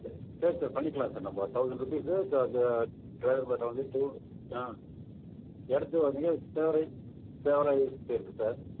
சரி சரி சார் பண்ணிக்கலாம் சார் நம்ப தௌஸண்ட் ரூப்பீஸு அது டிரைவர் பாட்டா வந்து டூ ஆ எடுத்தவனுக்கு இருக்கு சார்